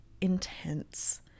intense